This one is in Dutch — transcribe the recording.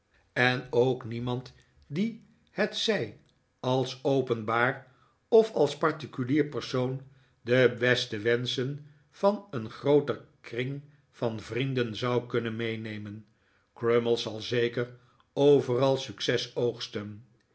en ook niemand die hetzij als openbaar of als particulier persoon de beste wenschen van een grooter kring van vrienden zou kunnen meenemen crummies zal zeker overal succes oogsten